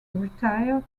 retired